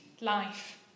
life